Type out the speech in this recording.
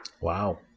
Wow